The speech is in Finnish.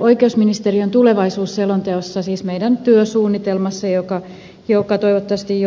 oikeusministeriön tulevaisuusselonteossa siis meidän työsuunnitelmassamme joka toivottavasti